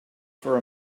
for